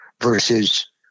versus